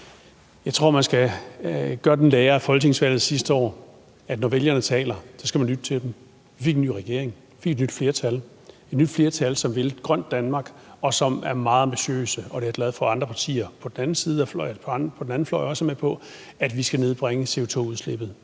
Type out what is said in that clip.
Jeg tror, at man skal drage den lære af folketingsvalget sidste år, at når vælgerne taler, skal man lytte til dem. Vi fik en ny regering, vi fik et nyt flertal – et nyt flertal, som vil et grønt Danmark, og som er meget ambitiøse. Og jeg er glad for, at andre partier på den anden fløj også er med på, at vi skal nedbringe CO2-udslippet